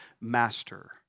master